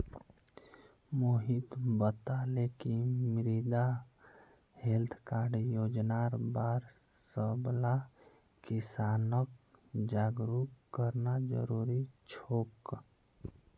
मोहित बताले कि मृदा हैल्थ कार्ड योजनार बार सबला किसानक जागरूक करना जरूरी छोक